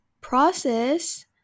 process